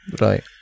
Right